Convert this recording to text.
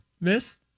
Miss